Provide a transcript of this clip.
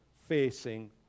facing